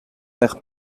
mère